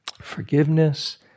Forgiveness